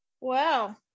Wow